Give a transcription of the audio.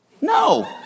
No